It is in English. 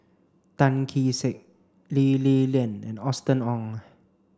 Tan Kee Sek Lee Li Lian and Austen Ong